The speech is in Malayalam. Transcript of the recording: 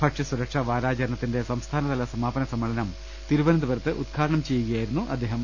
ഭക്ഷ്യസൂരക്ഷാ വാരാ ചരണത്തിന്റെ സംസ്ഥാനതല സമാപന സമ്മേളനം തിരുവനന്തപുരത്ത് ഉദ്ഘാടനം ചെയ്യുകയായിരുന്നു അദ്ദേഹം